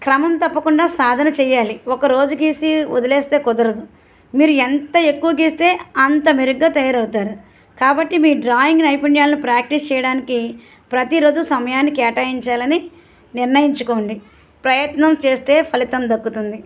క్రమం తప్పకుండా సాధన చేయాలి ఒక రోజు గీసి వదిలేస్తే కుదరదు మీరు ఎంత ఎక్కువ గీస్తే అంత మెరుగ్గా తయారవుతారు కాబట్టి మీరు డ్రాయింగ్ నైపుణ్యాలను ప్రాక్టీస్ చేయడానికి ప్రతీ రోజు సమయాన్నికేటాయించాలని నిర్ణయించుకోండి ప్రయత్నం చేస్తే ఫలితం దక్కుతుంది